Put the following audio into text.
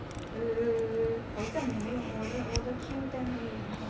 err 好像没有 order order Q ten 还有什么